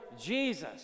Jesus